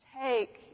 Take